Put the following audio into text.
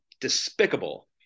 despicable